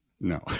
No